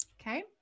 Okay